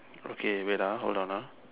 okay wait ah hold on ah